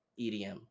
EDM